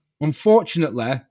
Unfortunately